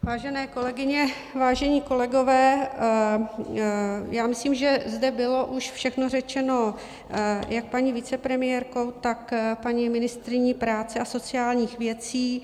Vážené kolegyně, vážení kolegové, myslím, že zde bylo už všechno řečeno jak paní vicepremiérkou, tak paní ministryní práce a sociálních věcí.